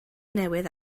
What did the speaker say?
newydd